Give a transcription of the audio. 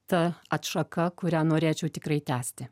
ta atšaka kurią norėčiau tikrai tęsti